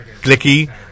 clicky